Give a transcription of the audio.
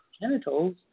genitals